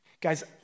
Guys